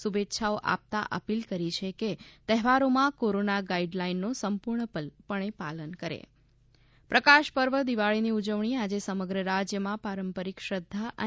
શુભેચ્છાઓ આપતાં અપીલ કરી છે કે તહેવારોમાં કોરોના ગાઇડલાઇનનો સંપૂર્ણપણે પાલન કરે પ્રકાશપર્વ દિવાળીની ઉજવણી આજે સમગ્ર રાજ્યમાં પારંપરિક શ્રધ્ધા અને